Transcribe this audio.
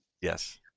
Yes